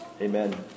Amen